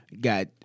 got